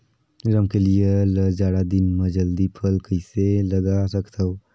रमकलिया ल जाड़ा दिन म जल्दी फल कइसे लगा सकथव?